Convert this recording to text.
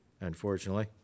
unfortunately